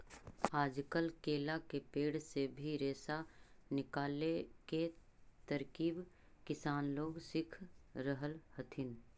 आजकल केला के पेड़ से भी रेशा निकाले के तरकीब किसान लोग सीख रहल हथिन